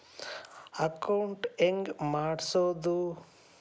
Account ಹೆಂಗ್ ಮಾಡ್ಸೋದು?